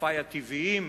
שותפי הטבעיים